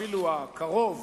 אפילו בעבר הקרוב,